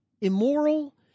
immoral